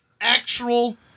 actual